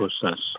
process